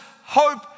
hope